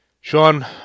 Sean